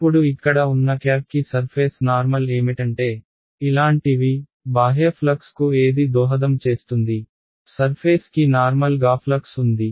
ఇప్పుడు ఇక్కడ ఉన్న క్యాప్కి సర్ఫేస్ నార్మల్ ఏమిటంటే ఇలాంటివి బాహ్య ఫ్లక్స్ కు ఏది దోహదం చేస్తుంది సర్ఫేస్ కి నార్మల్ గా ఫ్లక్స్ ఉంది